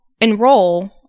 enroll